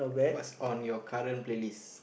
what's on your current playlist